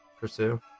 pursue